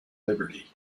liberty